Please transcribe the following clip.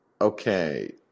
Okay